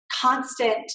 constant